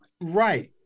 Right